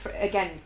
again